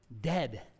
dead